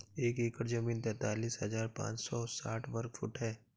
एक एकड़ जमीन तैंतालीस हजार पांच सौ साठ वर्ग फुट है